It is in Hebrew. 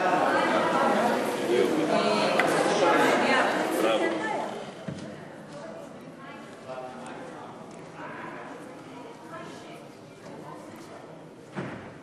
ההצעה להעביר את הצעת חוק להענקת זכויות לניצולי השואה,